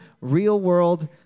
real-world